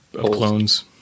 clones